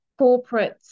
corporates